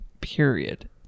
Period